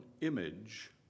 image